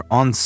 on